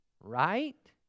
Right